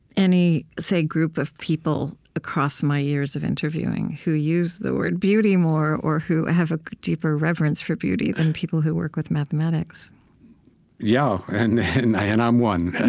any, say, group of people across my years of interviewing who use the word beauty more or who have a deeper reverence for beauty than people who work with mathematics yeah and and i'm one.